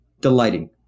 delighting